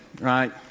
right